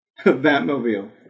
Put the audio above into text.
Batmobile